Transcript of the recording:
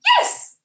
Yes